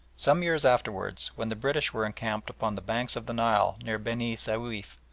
some years afterwards, when the british were encamped upon the banks of the nile near beni souif,